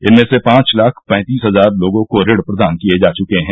इनमें से पांच लाख पैंतीस हजार लोगों को ऋण प्रदान किए जा चुके हैं